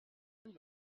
nous